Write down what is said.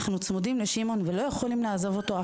אנחנו צמודים אליו ואנחנו לא יכולים לעזוב אותו,